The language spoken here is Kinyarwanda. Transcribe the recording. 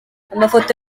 amafoto